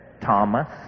Thomas